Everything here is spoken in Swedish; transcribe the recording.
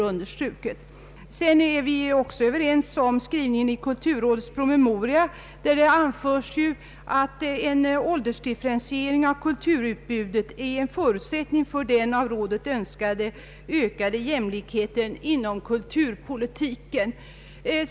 Vi är också överens om skrivningen i kulturrådets promemoria, där det ananförs ”att en åldersdifferentiering av kulturutbudet är en förutsättning för den av rådet önskade ökade jämlikheten inom kulturpolitiken”.